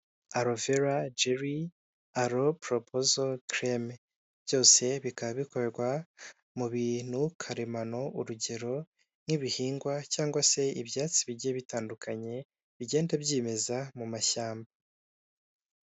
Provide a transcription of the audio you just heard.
Alovera Jeri, Alo Poropozo Kereme, byose bikaba bikorwa mu bintu karemano, urugero nk'ibihingwa cyangwa se ibyatsi bigiye bitandukanye bigenda byimeza mu mashyamba.